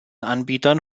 anbietern